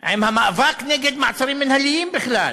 עם המאבק נגד מעצרים מינהליים בכלל.